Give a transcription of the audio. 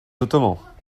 ottomans